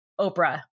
Oprah